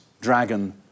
dragon